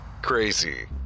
Crazy